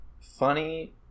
funny